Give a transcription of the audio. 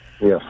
Yes